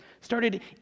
started